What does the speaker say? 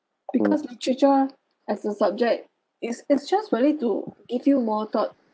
because literature as a subject is it's just really to give you more thought